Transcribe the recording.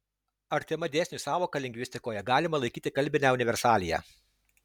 artima dėsniui sąvoka lingvistikoje galima laikyti kalbinę universaliją